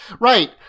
Right